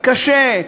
קשה.